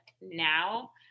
now